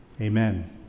amen